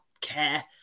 care